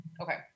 Okay